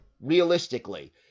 realistically